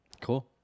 Cool